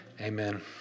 Amen